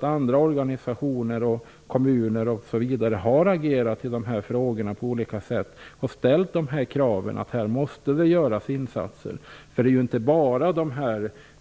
Andra organisationer, kommuner m.fl. har agerat och ställt krav på att det skall göras insatser. Det gäller inte bara